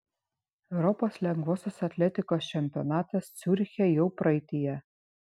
europos lengvosios atletikos čempionatas ciuriche jau praeityje